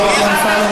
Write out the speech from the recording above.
תודה רבה.